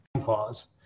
pause